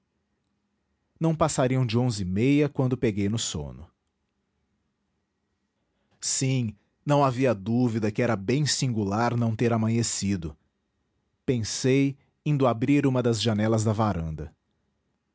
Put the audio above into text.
não passariam de onze e meia quando peguei no sono sim não havia dúvida que era bem singular não ter amanhecido pensei indo abrir uma das janelas da varanda